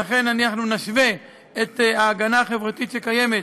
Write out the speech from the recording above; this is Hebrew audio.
לכן אנחנו נשווה את ההגנה החברתית שקיימת